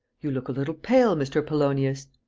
you look a little pale, mr. polonius.